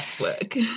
work